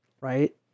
right